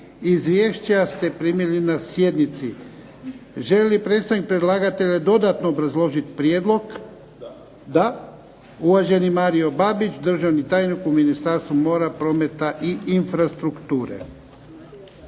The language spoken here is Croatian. Izvješća ste primili na sjednici. Želi li predstavnik predlagatelja dodatno obrazložiti prijedlog? Da. Uvaženi Mario Babić, državni tajnik u Ministarstvu mora, prometa i infrastrukture.